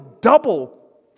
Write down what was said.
double